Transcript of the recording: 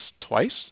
twice